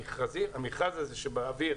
המכרז הזה שבאוויר,